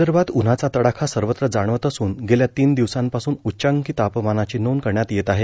विदर्भात उन्हाचा तडाखा सर्वत्र जाणवत असून गेल्या तीन दिवसांपासून उच्चांकी तापमानाची नोंद करण्यात येत आहे